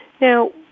Now